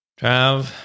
Trav